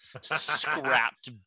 scrapped